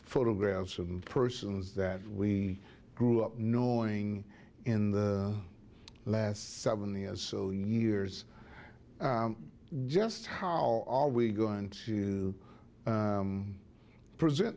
photographs of persons that we grew up knowing in the last seventy as so years just how are we going to present